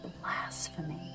blasphemy